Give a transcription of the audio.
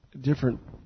different